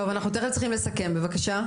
טוב אנחנו תיכף צריכים לסכם בבקשה.